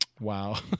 Wow